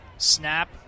Snap